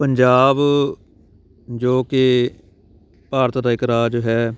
ਪੰਜਾਬ ਜੋ ਕਿ ਭਾਰਤ ਦਾ ਇੱਕ ਰਾਜ ਹੈ